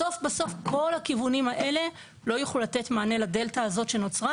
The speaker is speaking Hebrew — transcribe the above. בסוף בסוף כל הכיוונים האלה לא יוכלו לתת מענה לדלתא הזאת שנוצרה,